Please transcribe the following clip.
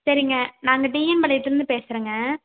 சரிங்க நாங்கள் T N பாளையத்துலேருந்து பேசுகிறேங்க